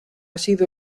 sido